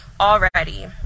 already